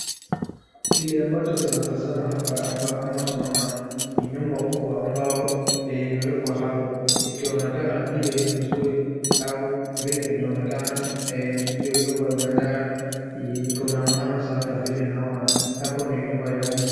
Nyumba kubwa ambayo imewekwa hapo ikionekana vile ni nzuri au vile inaonekana imeng'ara sana iko na maana sana. Hapo ni nyumba ya mtu.